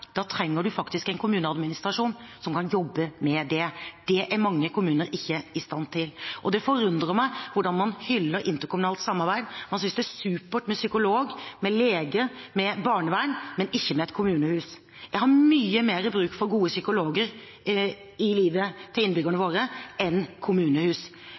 Da trenger man faktisk en kommuneadministrasjon som kan jobbe med det. Det er mange kommuner ikke i stand til. Det forundrer meg hvordan man hyller interkommunalt samarbeid. Man synes det er supert med psykolog, med lege, med barnevern, men ikke med et kommunehus. Innbyggerne våre har mye mer bruk for gode psykologer i livet sitt enn kommunehus.